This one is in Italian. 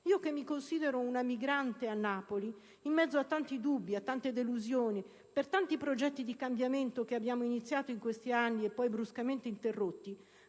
Io che mi considero una migrante a Napoli, in mezzo a tanti dubbi, a tante delusioni per tanti progetti di cambiamento che abbiamo iniziato in questi anni e poi bruscamente interrotti,